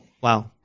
Wow